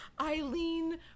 Eileen